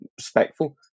respectful